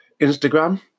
Instagram